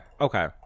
okay